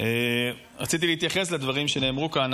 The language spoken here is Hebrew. רציתי להתייחס לדברים שנאמרו כאן,